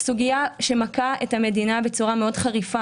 סוגיה שמכה את המדינה בצורה חריפה מאוד.